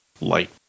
light